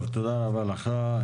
טוב, תודה רבה לך.